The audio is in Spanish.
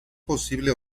posible